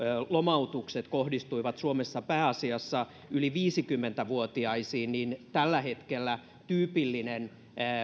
lomautukset kohdistuivat suomessa pääasiassa yli viisikymmentä vuotiaisiin niin tällä hetkellä tyypillinen